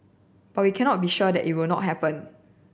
but we cannot be sure that it will not happen